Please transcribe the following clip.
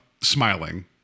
smiling